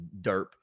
derp